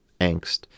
angst